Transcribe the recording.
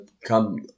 come